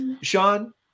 Sean